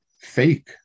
fake